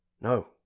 no